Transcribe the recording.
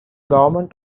government